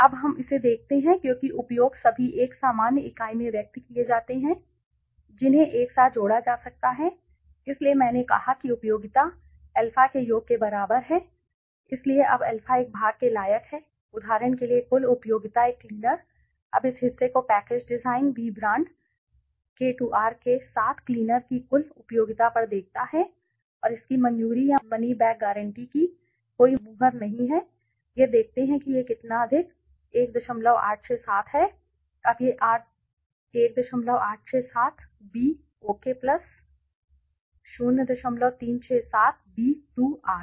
अब हम इसे देखते हैं क्योंकि उपयोग सभी एक सामान्य इकाई में व्यक्त किए जाते हैं जिन्हें एक साथ जोड़ा जा सकता है इसलिए मैंने कहा कि उपयोगिता उपयोगिता अल्फा के योग के बराबर है इसलिए अब अल्फा एक भाग के लायक है उदाहरण के लिए कुल उपयोगिता एक क्लीनर अब इस हिस्से को package design B brand K2R के साथ क्लीनर की कुल उपयोगिता पर देखता है और इसकी मंजूरी या मनी बैक गारंटी की कोई मुहर नहीं है यह देखते हैं कि यह कितना अधिक 1867 है अब यह 1867 B okay plus 0367 0367 B 2 are